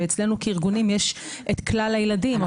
ואצלנו כארגונים יש את כלל הילדים,